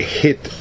hit